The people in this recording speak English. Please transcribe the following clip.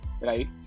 right